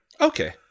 Okay